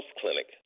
Clinic